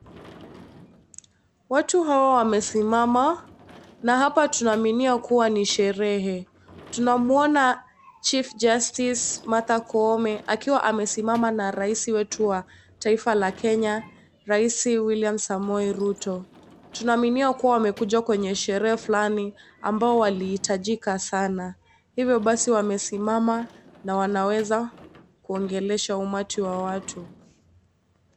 Watu hao wamesimama na hapa tunaaminia kuwa ni sherehe. Tunamuona chief justice , Martha Koome, akiwa amesimama na Rais wetu wa taifa la Kenya, Rais William Samoei Ruto. Tunaaminia kuwa wamekuja kwenye sherehe fulani ambao walihitajika Sana. Hivyo wamesimama na wanaweza kuongelesha umati wa watu.